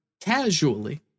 casually